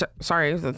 Sorry